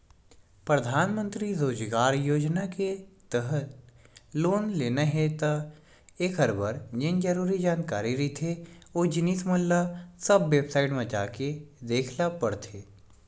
परधानमंतरी रोजगार योजना के तहत लोन लेना हे त एखर बर जेन जरुरी जानकारी रहिथे ओ जिनिस मन ल सब बेबसाईट म जाके देख ल परथे